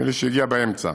נדמה לי שהגיע באמצע.